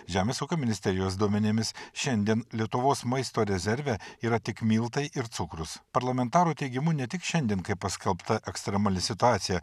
žemės ūkio ministerijos duomenimis šiandien lietuvos maisto rezerve yra tik miltai ir cukrus parlamentarų teigimu ne tik šiandien kai paskelbta ekstremali situacija